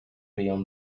beyond